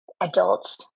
adults